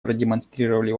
продемонстрировали